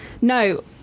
No